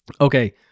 okay